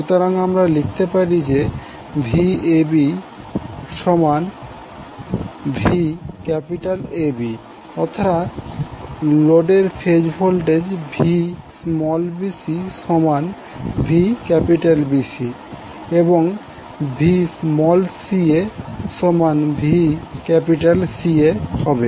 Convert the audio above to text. সুতরাং আমরা লিখতে পারি যে VabVABঅর্থাৎ লোডের ফেজ ভোল্টেজ VbcVBC এবং VcaVCAহবে